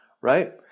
right